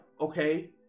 okay